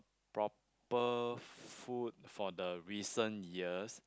proper food for the recent years